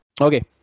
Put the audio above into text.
Okay